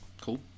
cool